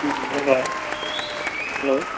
hello ꯚꯥꯏ hello